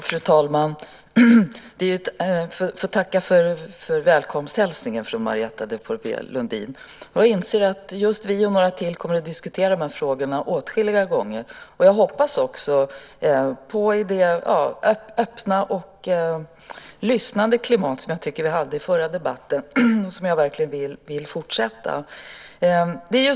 Fru talman! Tack för välkomsthälsningen från Marietta de Pourbaix-Lundin. Jag inser att vi och några till kommer att diskutera de här frågorna åtskilliga gånger. Jag hoppas på det öppna och lyssnande klimat som jag tycker att vi hade i den förra debatten. Det vill jag gärna fortsätta.